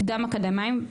קדם אקדמאיים,